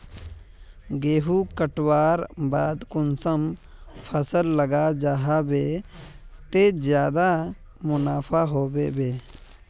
गेंहू कटवार बाद कुंसम फसल लगा जाहा बे ते ज्यादा मुनाफा होबे बे?